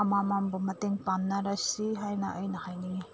ꯑꯃ ꯑꯃꯝꯝꯕꯨ ꯃꯇꯦꯡ ꯄꯥꯡꯅꯔꯁꯤ ꯍꯥꯏꯅ ꯑꯩꯅ ꯍꯥꯏꯅꯤꯡꯉꯤ